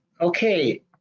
Okay